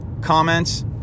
comments